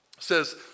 says